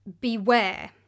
beware